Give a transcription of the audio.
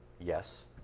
Yes